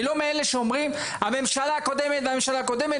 אני לא מאלה שאומרים הממשלה הקודמת והממשלה הקודמת,